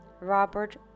Robert